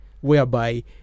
whereby